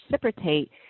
precipitate